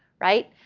right?